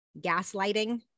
gaslighting